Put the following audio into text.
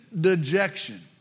dejection